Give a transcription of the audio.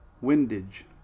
windage